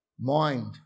Mind